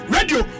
Radio